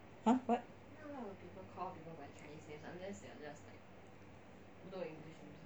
!huh! what